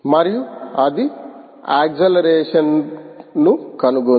మరియు అది యాక్సిలరేషన్ను కనుగొంది